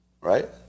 Right